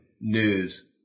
news